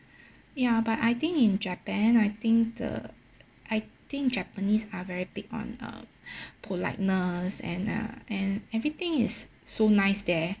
ya but I think in japan I think the I think japanese are very big on uh politeness and uh and everything is so nice there